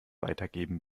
weitergeben